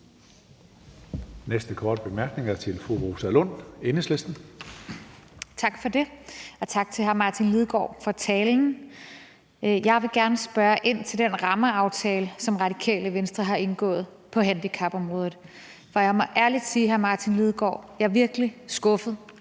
Næste korte bemærkning er til fru Rosa Lund, Enhedslisten. Kl. 20:06 Rosa Lund (EL): Tak for det, og tak til hr. Martin Lidegaard for talen. Jeg vil gerne spørge ind til den rammeaftale, som Radikale Venstre har indgået på handicapområdet, for jeg må ærligt sige, hr. Martin Lidegaard, at jeg er virkelig skuffet